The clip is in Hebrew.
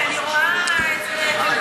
אני רואה את זה חמישה ימים בשבוע.